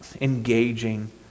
engaging